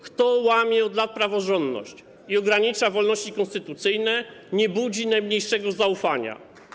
Kto łamie od lat praworządność i ogranicza wolności konstytucyjne, nie budzi najmniejszego zaufania.